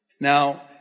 Now